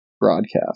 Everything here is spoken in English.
broadcast